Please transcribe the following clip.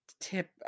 tip